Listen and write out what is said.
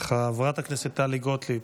חברת הכנסת טלי גוטליב,